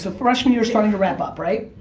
so freshman year is starting to wrap up, right?